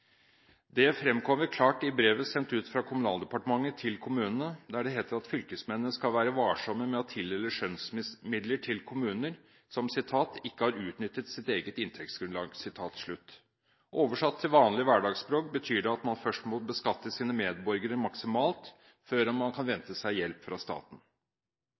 Det fremkommer klart i brevet sendt ut fra Kommunaldepartementet til kommunene, der det heter at fylkesmennene skal være varsomme med å tildele skjønnsmidler til kommuner som ikke har utnyttet sitt eget inntektsgrunnlag. Oversatt til vanlig hverdagsspråk betyr det at man først må beskatte sine medborgere maksimalt før man kan vente seg hjelp fra staten.